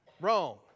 Wrong